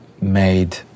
made